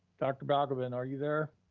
dr. balgobin, are you there?